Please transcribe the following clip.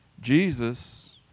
Jesus